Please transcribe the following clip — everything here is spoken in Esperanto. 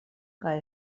kaj